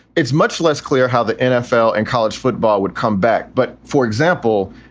it's much less clear how the nfl and college football would come back. but, for example,